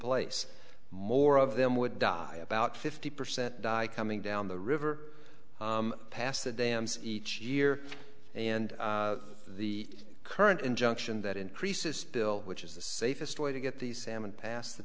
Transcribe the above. place more of them would die about fifty percent die coming down the river past the dams each year and the current injunction that increases spill which is the safest way to get these salmon passed the